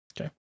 Okay